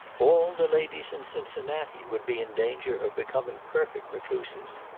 all the ladies in cincinnati would be in danger of becoming perfect recluses.